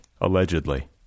allegedly